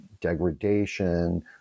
degradation